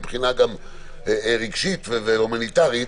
גם מבחינה רגשית והומניטרית.